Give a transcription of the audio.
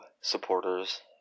supporters